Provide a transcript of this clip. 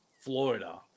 Florida